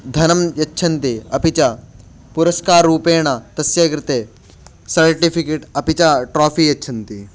धनं यच्छन्ति अपि च पुरस्काररूपेण तस्य कृते सर्टिफ़िकिट् अपि च ट्राफी यच्छन्ति